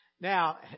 Now